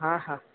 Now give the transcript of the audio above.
हा हा